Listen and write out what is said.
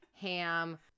Ham